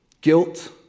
Guilt